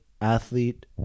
athlete